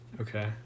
Okay